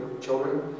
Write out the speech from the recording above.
children